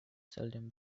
seldom